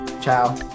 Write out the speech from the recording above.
Ciao